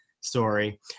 story